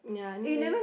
yeah anyway